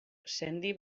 sendi